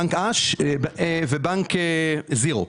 בנק אש ובנק One Zero.